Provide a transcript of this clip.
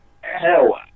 hell